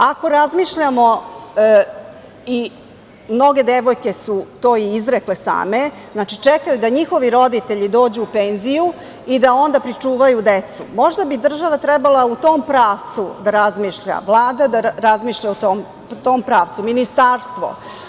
Ako razmišljamo, a mnoge devojke su to i izrekle same, čekaju da njihovi roditelji dođu u penziju i da onda pričuvaju decu, možda bi država trebalo u tom pravcu da razmišlja, Vlada da razmišlja u tom pravcu, ministarstvo.